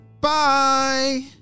Bye